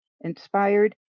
inspired